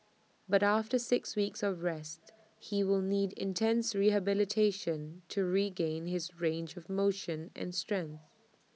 but after six weeks of rest he will need intense rehabilitation to regain his range of motion and strength